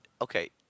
Okay